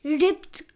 ripped